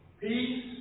peace